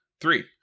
Three